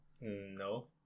No